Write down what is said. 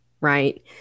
right